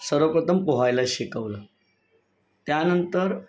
सर्वप्रथम पोहायला शिकवलं त्यानंतर